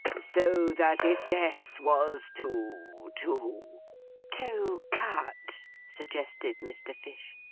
so that if death was to to to cut suggested mr. fish.